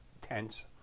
tense